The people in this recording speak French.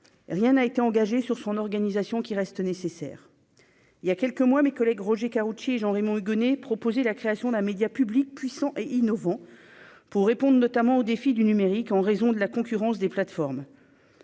rien n'a été engagée sur son organisation, qui reste nécessaire, il y a quelques mois, mes collègues, Roger Karoutchi, Jean-Raymond Hugonet proposer la création d'un média public puissants et innovants pour répondre notamment au défi du numérique en raison de la concurrence des plateformes,